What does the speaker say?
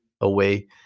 away